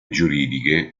giuridiche